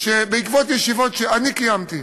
שבעקבות ישיבות שאני קיימתי